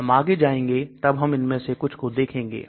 हम आगे जाएंगे तब हम इनमें से कुछ को देखेंगे